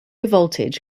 voltage